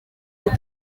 pour